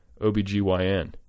OBGYN